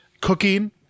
cooking